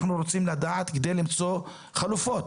אנחנו רוצים לדעת כדי למצוא חלופות.